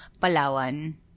Palawan